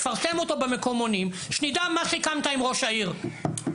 תפרסם אותו במקומונים שנדע מה סיכמת עם ראש העיר,